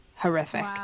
horrific